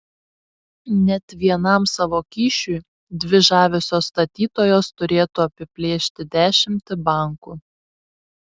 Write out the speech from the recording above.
net vienam savo kyšiui dvi žaviosios statytojos turėtų apiplėšti dešimtį bankų